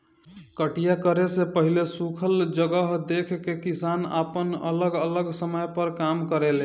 कटिया करे से पहिले सुखल जगह देख के किसान आपन अलग अलग समय पर काम करेले